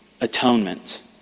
atonement